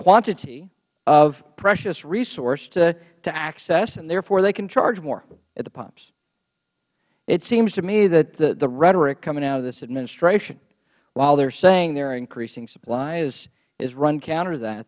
quantity of precious resource to access and therefore they can charge more at the pumps it seems to me that the rhetoric coming out of this administration while they are saying they are increasing supply is run counter t